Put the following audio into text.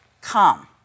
come